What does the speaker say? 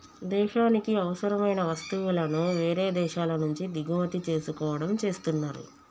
దేశానికి అవసరమైన వస్తువులను వేరే దేశాల నుంచి దిగుమతి చేసుకోవడం చేస్తున్నరు